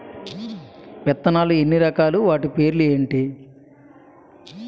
విత్తనాలు ఎన్ని రకాలు, వాటి పేర్లు ఏంటి?